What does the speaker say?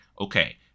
okay